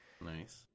Nice